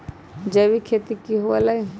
जैविक खेती की हुआ लाई?